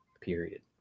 period